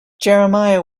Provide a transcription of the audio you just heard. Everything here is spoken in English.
jeremiah